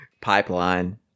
Pipeline